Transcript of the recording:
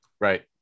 Right